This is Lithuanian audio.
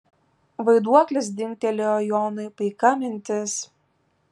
vaiduoklis dingtelėjo jonui paika mintis